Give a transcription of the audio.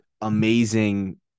amazing